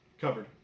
covered